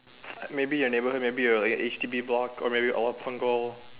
maybe a neighborhood or maybe a H_D_B block or maybe Punggol